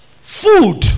food